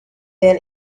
then